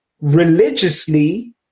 religiously